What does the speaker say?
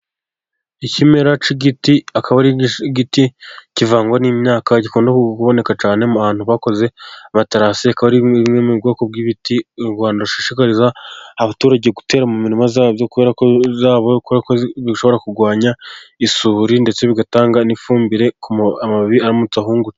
Ikimera cy'igiti akaba ari n'igiti kivangwa n'imyaka, gikunda kuboneka cyane abantu bakoze amaterasi, akaba ari mu bwoko bw'ibiti u Rwanda rushishikariza abaturage gutera mu mirima yabo, kubera ko bishobora kurwanya isuri ,ndetse bigatanga n'ifumbire amababi aramutse ahungutse.